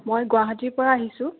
মই গুৱাহাটীৰপৰা আহিছোঁ